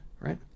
right